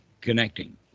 connecting